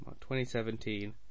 2017